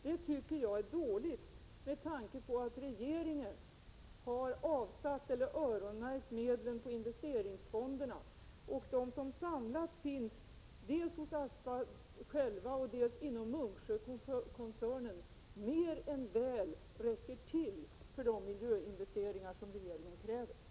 Det tycker jag skulle vara dåligt av företaget med tanke på att regeringen öronmärkt medel i investeringsfonderna för detta. De medel som finns samlade dels hos Aspa bruk självt, dels inom Munksjökoncernen som helhet räcker mer än väl till för de miljöinvesteringar regeringen kräver.